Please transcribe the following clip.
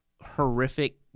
horrific